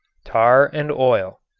tar and oil.